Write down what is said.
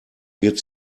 wird